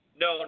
no